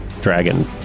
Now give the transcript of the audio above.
dragon